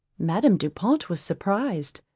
madame du pont was surprised.